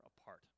apart